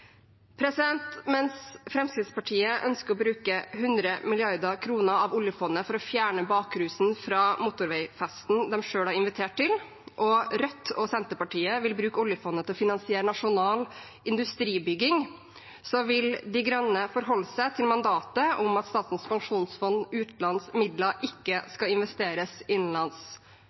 Mens Fremskrittspartiet ønsker å bruke 100 mrd. kr av oljefondet for å fjerne bakrusen fra motorveifesten de selv har invitert til, og Rødt og Senterpartiet vil bruke oljefondet til å finansiere nasjonal industribygging, vil Miljøpartiet De Grønne forholde seg til mandatet om at Statens pensjonsfond utlands midler ikke skal investeres innenlands.